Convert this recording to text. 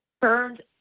burned